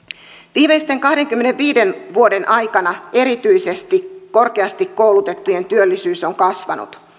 viimeisten kahdenkymmenenviiden vuoden aikana erityisesti korkeasti koulutettujen työllisyys on kasvanut